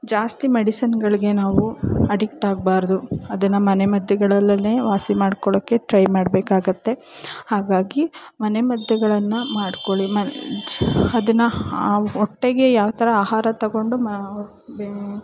ಜಾಸ್ತಿ ಮೆಡಿಸಿನ್ನುಗಳ್ಗೆ ನಾವು ಅಡಿಕ್ಟ್ ಆಗಬಾರ್ದು ಅದನ್ನು ಮನೆಮದ್ದುಗಳಲ್ಲೇ ವಾಸಿ ಮಾಡ್ಕೊಳೋಕ್ಕೆ ಟ್ರೈ ಮಾಡಬೇಕಾಗುತ್ತೆ ಹಾಗಾಗಿ ಮನೆಮದ್ದುಗಳನ್ನು ಮಾಡಿಕೊಳ್ಳಿ ಮ ಅದನ್ನು ಒಟ್ಟೆಗೆ ಯಾವ ಥರ ಆಹಾರ ತಗೊಂಡು ಮಾ ಬೇ